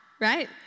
right